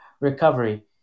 recovery